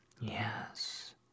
yes